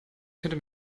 könnte